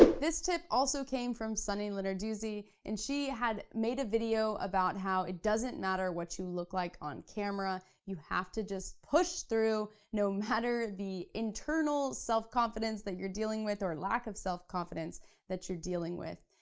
this tip also came from sunny lenarduzzi, and she had made a video about how it doesn't matter what you look like on camera, you have to just push through, no matter the internal self-confidence that you're dealing with, or lack of self-confidence that you're dealing with.